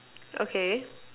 okay